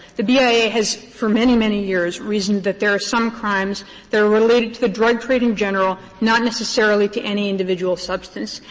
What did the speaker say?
the bia has for many, many years reasoned that there are some crimes that are related to the drug trade in general, not necessarily to any individual substance.